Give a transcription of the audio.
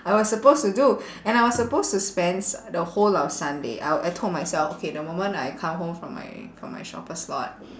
I was supposed to do and I was supposed to spend s~ the whole of sunday out I told myself okay the moment I come home from my from my shopper slot